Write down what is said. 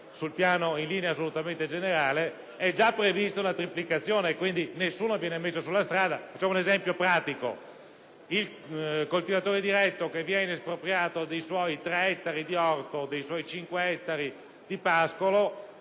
ragione in linea assolutamente generale) è già prevista, appunto, una triplicazione dell'indennizzo, quindi nessuno viene messo sulla strada. Facciamo un esempio pratico: il coltivatore diretto che viene espropriato dei suoi tre ettari di orto o dei suoi cinque ettari di pascolo